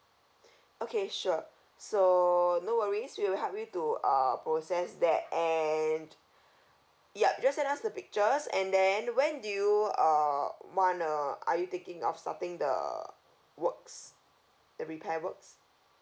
okay sure so no worries we'll help you to uh process that and yup just send us the pictures and then when do you uh wanna are you thinking of starting the works the repair works